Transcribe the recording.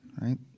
right